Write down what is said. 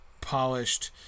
polished